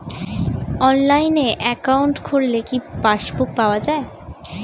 অনলাইনে একাউন্ট খুললে কি পাসবুক পাওয়া যায়?